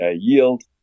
yield